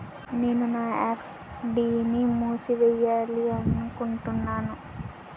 నేను నా ఎఫ్.డి ని మూసివేయాలనుకుంటున్నాను